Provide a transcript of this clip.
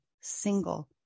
single